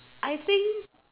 I think